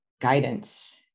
guidance